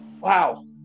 wow